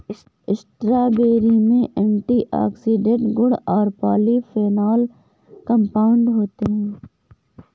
strawberry में antioxidant गुण और पॉलीफेनोल कंपाउंड होते हैं